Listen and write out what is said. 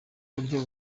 buryo